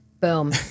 Boom